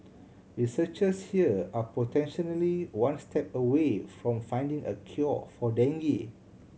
researchers here are potentially one step away from finding a cure for dengue